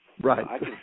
Right